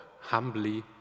humbly